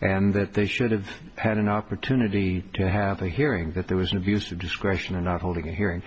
and that they should have had an opportunity to have a hearing that there was an abuse of discretion and not holding a hearing